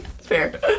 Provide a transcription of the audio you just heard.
fair